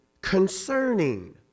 concerning